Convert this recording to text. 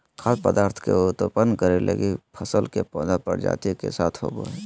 खाद्य पदार्थ के उत्पादन करैय लगी फसल के पौधा प्रजाति के साथ होबो हइ